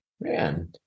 man